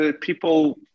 people